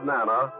Nana